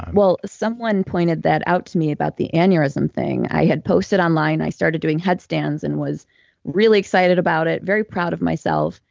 well, someone pointed that out to me about the aneurysm thing. i had posted online i started doing headstands and was really excited about it, very proud of myself.